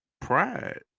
pride